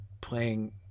playing